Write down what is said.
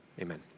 amen